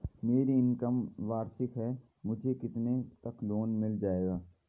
मेरी इनकम वार्षिक है मुझे कितने तक लोन मिल जाएगा?